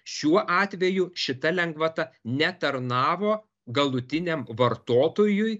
šiuo atveju šita lengvata netarnavo galutiniam vartotojui